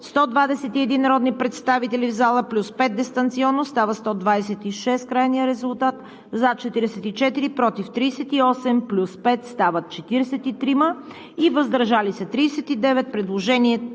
121 народни представители в залата плюс 5 дистанционно – става 126. Крайният резултат: за 44, против 36 плюс 5 – стават 43, въздържали се 39. Предложенията